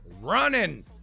Running